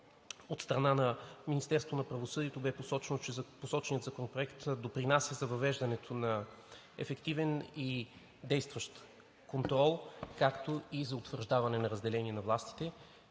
на правосъдието беше посочено, че Законопроектът допринася за въвеждането на ефективен и действащ контрол, както и за утвърждаване на разделение на властите.